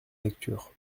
lecture